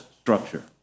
Structure